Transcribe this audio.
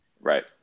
Right